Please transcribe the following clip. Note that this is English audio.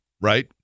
right